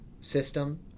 system